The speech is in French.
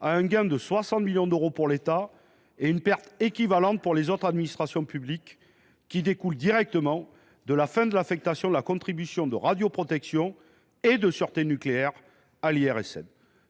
à un gain de 60 millions d’euros pour l’État ; une perte équivalente pour les autres administrations publiques découle directement de la fin de l’affectation de la contribution de radioprotection et de sûreté nucléaire à l’IRSN.